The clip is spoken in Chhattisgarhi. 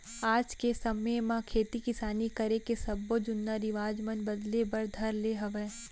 आज के समे म खेती किसानी करे के सब्बो जुन्ना रिवाज मन बदले बर धर ले हवय